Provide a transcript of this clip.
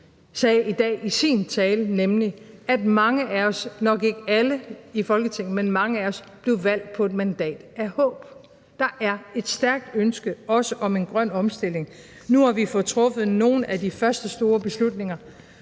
sagde i dag i sin tale, nemlig at mange af os, nok ikke alle i Folketinget, men mange af os blev valgt på et mandat af håb. Der er et stærkt ønske også om en grøn omstilling. Nu har vi fået truffet nogle af de første store beslutninger,